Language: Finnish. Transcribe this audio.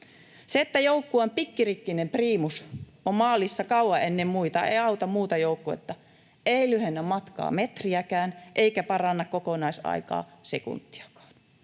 Se, että joukkueen pikkiriikkinen priimus on maalissa kauan ennen muita, ei auta muuta joukkuetta — ei lyhennä matkaa metriäkään eikä paranna kokonaisaikaa sekuntiakaan.